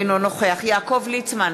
אינו נוכח יעקב ליצמן,